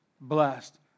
blessed